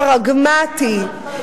הפרגמטי,